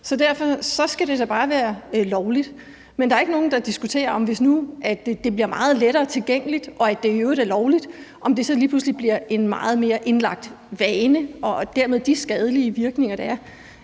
så derfor skal det da bare være lovligt. Men der er ikke nogen, der diskuterer, om det, hvis nu det bliver meget lettere tilgængeligt og i øvrigt er lovligt, lige pludselig bliver en meget mere indgroet vane med de skadelige virkninger, der er.